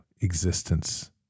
existence